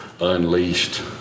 unleashed